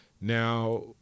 Now